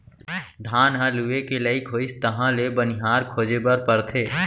धान ह लूए के लइक होइस तहाँ ले बनिहार खोजे बर परथे